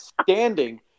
Standing